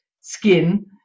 skin